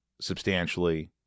substantially